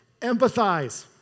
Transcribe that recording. empathize